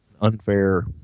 unfair